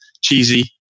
cheesy